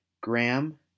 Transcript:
Graham